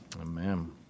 Amen